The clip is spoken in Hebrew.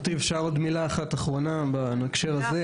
גברתי, אפשר עוד מילה אחת אחרונה בהקשר הזה?